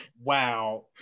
Wow